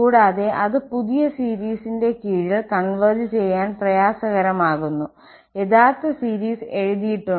കൂടാതെ അത് പുതിയ സീരിസിനെ കീഴിൽ കോൺവെർജ് ചെയ്യാൻ പ്രയാസകരമാക്കുന്നു യഥാർത്ഥ സീരീസ് എഴുതിയിട്ടുണ്ട്